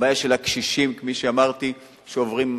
הבעיה של הקשישים, כפי שאמרתי, שעוברים,